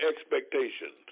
expectations